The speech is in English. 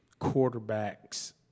quarterbacks